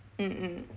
mm mm